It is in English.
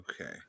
Okay